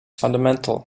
fundamental